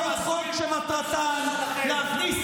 אנחנו רוצים למנוע מינויים הזויים כמו של הממשלה שלכם.